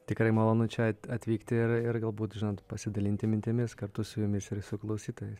tikrai malonu čia atvykti ir ir galbūt žinot pasidalinti mintimis kartu su jumis ir su klausytojais